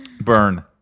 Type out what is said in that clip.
Burn